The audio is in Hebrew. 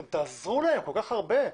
אתם תעזרו להם כל כך הרבה,